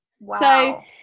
Wow